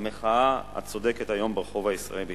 למחאה הצודקת היום ברחוב הישראלי.